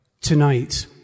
tonight